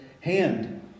hand